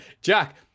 Jack